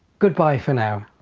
good bye for now!